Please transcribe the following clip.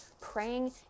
praying